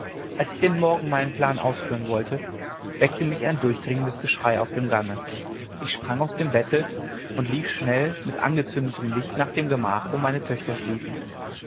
als ich den morgen meinen plan ausführen wollte weckte mich ein durchdringendes geschrei auf dem gange ich sprang aus dem bette und lief schnell mit angezündetem licht nach dem gemach wo meine töchter schliefen